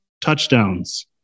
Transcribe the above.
touchdowns